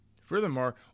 Furthermore